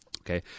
Okay